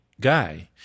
guy